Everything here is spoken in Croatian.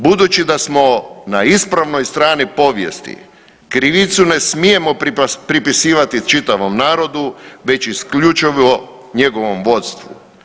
Budući da smo na ispravnoj strani povijesti, krivicu ne smijemo pripisivati čitavom narodu, već isključivo njegovom vodstvu.